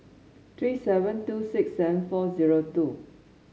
three seven two six seven four zero two